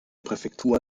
präfektur